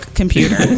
computer